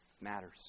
matters